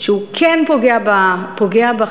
שהוא כן פוגע בחקלאים.